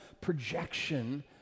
projection